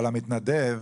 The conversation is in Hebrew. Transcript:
אבל המתנדב,